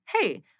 hey